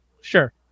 Sure